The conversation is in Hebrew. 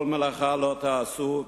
וכל מלאכה לא תעשו,